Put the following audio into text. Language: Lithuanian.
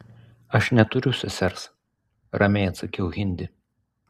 aš neturiu sesers ramiai atsakiau hindi